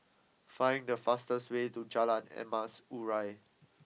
find the fastest way to Jalan Emas Urai